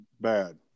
bad